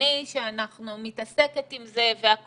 אני שמתעסקת עם זה והכול,